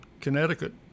Connecticut